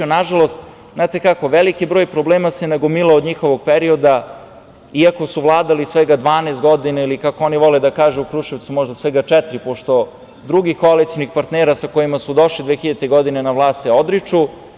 Nažalost, znate kako, veliki broj problema se nagomilao od njihovog perioda, iako su vladali svega 12 godina ili kako oni vole da kažu u Kruševcu – svega četiri, pošto se drugih koalicionih partnera sa kojima su došli 2000. godine na vlast odriču.